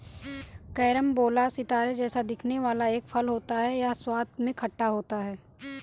carambola सितारे जैसा दिखने वाला एक फल होता है यह स्वाद में खट्टा होता है